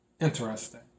Interesting